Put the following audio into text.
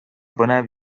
põnev